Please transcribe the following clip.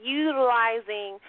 utilizing